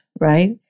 Right